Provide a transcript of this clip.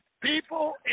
people